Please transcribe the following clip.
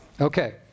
Okay